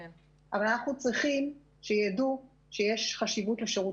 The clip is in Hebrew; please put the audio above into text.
אבל אנחנו צריכים שיידעו שיש חשיבות לשירות